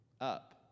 up